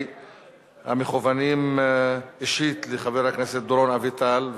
המכוונים אישית לחבר הכנסת דורון אביטל,